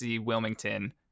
Wilmington